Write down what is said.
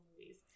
movies